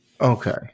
Okay